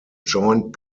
joint